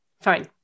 fine